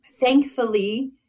thankfully